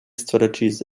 strategies